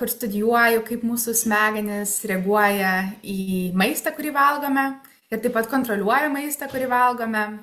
kur studijuoju kaip mūsų smegenys reaguoja į maistą kurį valgome ir taip pat kontroliuoja maistą kurį valgome